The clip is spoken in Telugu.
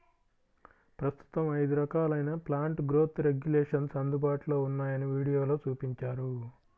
ప్రస్తుతం ఐదు రకాలైన ప్లాంట్ గ్రోత్ రెగ్యులేషన్స్ అందుబాటులో ఉన్నాయని వీడియోలో చూపించారు